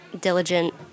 diligent